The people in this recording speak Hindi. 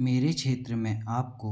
मेरे क्षेत्र में आपको